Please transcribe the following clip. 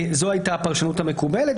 זו הייתה הפרשנות המקובלת,